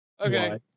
okay